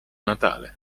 natale